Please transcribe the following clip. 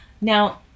now